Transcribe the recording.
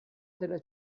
della